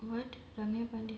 what ramya pandian